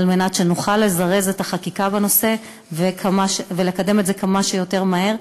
על מנת שנוכל לזרז את החקיקה בנושא ולקדם את זה כמה שיותר מהר,